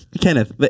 Kenneth